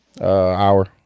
hour